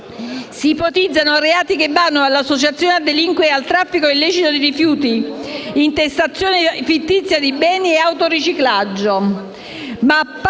Si ipotizzano reati che vanno dall'associazione a delinquere al traffico illecito di rifiuti, intestazione fittizia di beni e autoriciclaggio.